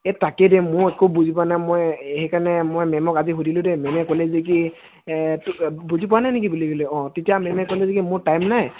এই তাকে দেই ময়ো একো বুজি পোৱা নাই মই সেইকাৰণে মই মেমক আজি সুধিলোঁ দেই মেমে ক'লে যে কি কি হ'ল বুজি পোৱা নাই নেকি বুলি ক'লে অঁ তেতিয়া মেমে ক'লে যে কি মোৰ টাইম নাই